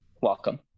welcome